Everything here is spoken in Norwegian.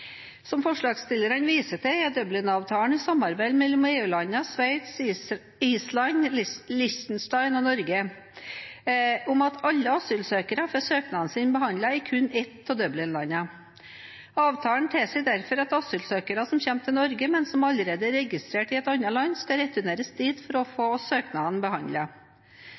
om at alle asylsøkere får søknaden sin behandlet i kun ett av Dublin-landene. Avtalen tilsier derfor at asylsøkere som kommer til Norge, men som allerede er registrert i et annet land, skal returneres dit for å få søknaden